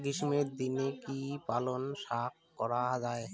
গ্রীষ্মের দিনে কি পালন শাখ করা য়ায়?